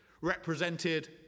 represented